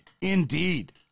Indeed